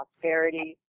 prosperity